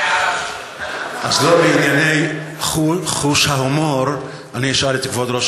אז לא בענייני חוש ההומור אני אשאל את כבוד ראש